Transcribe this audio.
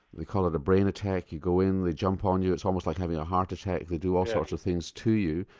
they call it a brain attack, you go in, they jump on you, it's almost like having a heart attack, they do all sorts of things to you.